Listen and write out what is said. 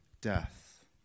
death